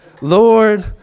Lord